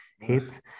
hit